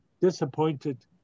disappointed